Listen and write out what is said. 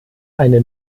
eine